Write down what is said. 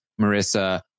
marissa